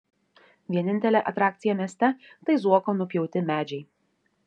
vienintelė atrakcija mieste tai zuoko nupjauti medžiai